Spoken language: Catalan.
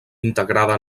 integrada